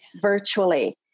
Virtually